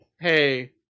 hey